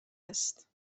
است